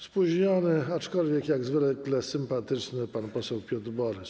Spóźniony, aczkolwiek jak zwykle sympatyczny pan poseł Piotr Borys.